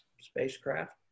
spacecraft